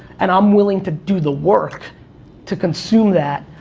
and i'm willing to do the work to consume that.